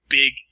big